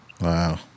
wow